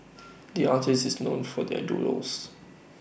the artist is known for their doodles